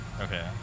Okay